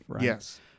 Yes